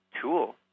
tool